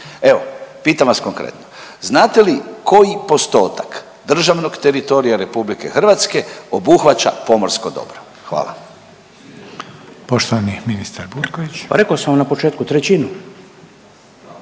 Evo pitam vas konkretno, znate li koji postotak državnog teritorija RH obuhvaća pomorsko dobro? Hvala.